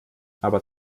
aber